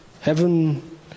heaven